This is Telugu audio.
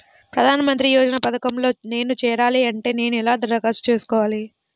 ప్రధాన మంత్రి యోజన పథకంలో నేను చేరాలి అంటే నేను ఎలా దరఖాస్తు చేసుకోవాలి?